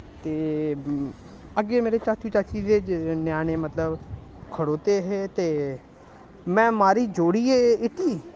ते अग्गें मेरे चाचू चाची दे ञ्याणे मतलब खड़ोते हे ते में मारी जोरियै इट्टी